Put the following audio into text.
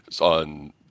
on